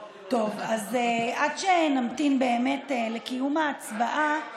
טוב, עד שנמתין באמת לקיום ההצבעה,